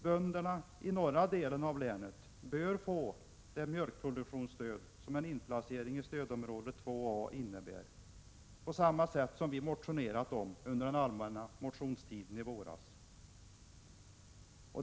Bönderna i norra delen av länet bör få det mjölkproduktionsstöd som en inplacering i stödområde 2 A innebär, såsom vi motionerade om under den allmänna motionstiden i våras.